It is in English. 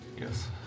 Yes